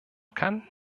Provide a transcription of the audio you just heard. kann